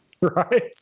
Right